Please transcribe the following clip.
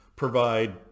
provide